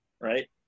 right